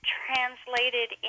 translated